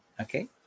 Okay